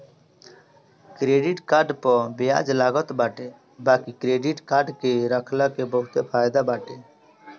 credit card पअ बियाज लागत बाटे बाकी क्क्रेडिट कार्ड के रखला के बहुते फायदा बाटे